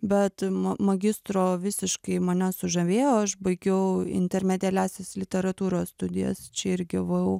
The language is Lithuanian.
bet ma magistro visiškai mane sužavėjo aš baigiau intermedialiąsias literatūros studijas čia irgi vu